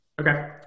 Okay